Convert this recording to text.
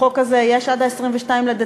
החוק הזה, יש עד 22 בדצמבר.